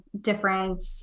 different